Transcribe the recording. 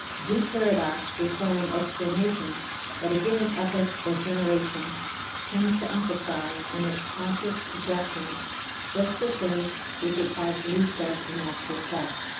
do paradox requiring explanation that a given epoch or generation tends to emphasize in its conscious projections just the things which it has least of in actual fact.